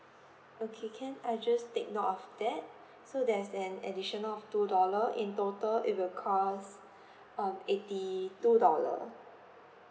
okay can I'll just take note of that so there's an additional of two dollar in total it will cost um eighty two dollar